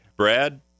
Brad